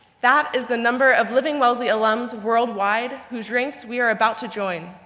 that is the number of living wellesley alums worldwide who's ranks we are about to join.